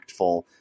impactful